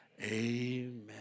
Amen